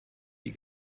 die